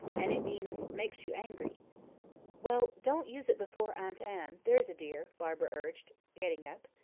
and it means makes you angry well, don't use it before aunt anne, there's a dear, barbara urged, getting up.